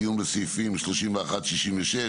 דיון בסעיפים 31-66,